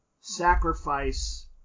sacrifice